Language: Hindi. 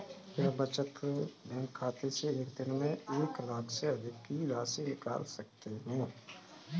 क्या बचत बैंक खाते से एक दिन में एक लाख से अधिक की राशि निकाल सकते हैं?